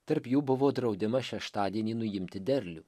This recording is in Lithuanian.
tarp jų buvo draudimas šeštadienį nuimti derlių